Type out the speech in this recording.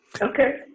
Okay